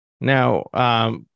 Now